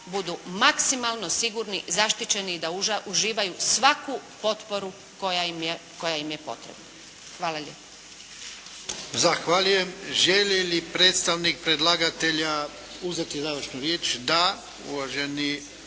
budu maksimalno sigurni, zaštićeni i da uživaju svaku potporu koja im je potrebna. Hvala lijepa.